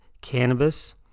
cannabis